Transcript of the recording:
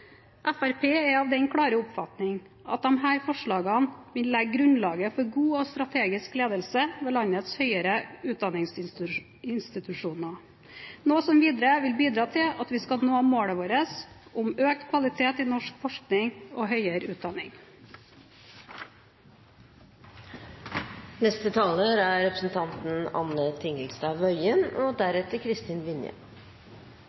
er av den klare oppfatning at disse forslagene vil legge grunnlaget for god og strategisk ledelse ved landets høyere utdanningsinstitusjoner, noe som videre vil bidra til at vi vil nå målet vårt om økt kvalitet i norsk forskning og høyere utdanning. Dette er den andre runden på ganske kort tid der regjeringa fremmer forslag om endringer i prosedyrer og